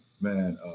man